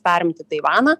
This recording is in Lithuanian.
perimti taivaną